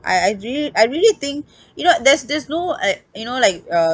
I I really I really think you know there's there's no uh you know like uh